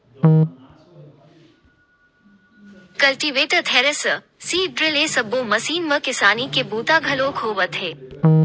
cultivator, thresher, seed drill ए सब्बो machine म किसानी के बूता घलोक होवत हे